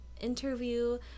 interview